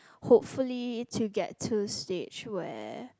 hopefully to get to stage where